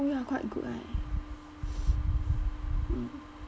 oh ya quite good right mm